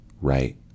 right